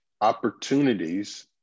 opportunities